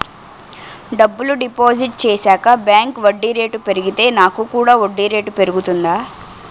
డబ్బులు డిపాజిట్ చేశాక బ్యాంక్ వడ్డీ రేటు పెరిగితే నాకు కూడా వడ్డీ రేటు పెరుగుతుందా?